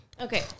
Okay